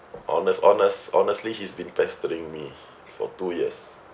honest~ honest~ honestly he's been pestering me for two years